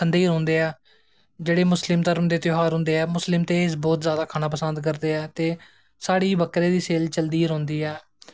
खंदे गै रौंह्दे ऐं जेह्ड़े मुस्लिम धर्म दे ध्यार होंदा ऐ मुस्लिम ते बौह्त जादा पसंद करदे ऐं ते साढ़ी बकरे दी सेल चलदी गै रौंह्दी ऐ